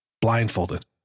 Blindfolded